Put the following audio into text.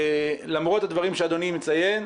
למרות הדברים שאדוני מציין,